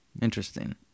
Interesting